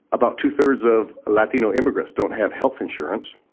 about two thirds of latino immigrants don't have health insurance.